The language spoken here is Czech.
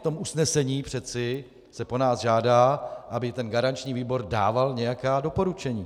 V tom usnesení přeci se po nás žádá, aby garanční výbor dával nějaká doporučení.